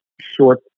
short